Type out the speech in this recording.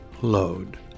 load